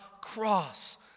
cross